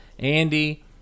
Andy